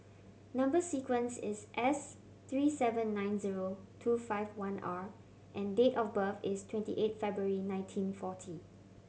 number sequence is S three seven nine zero two five one R and date of birth is twenty eight February nineteen forty